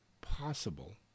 possible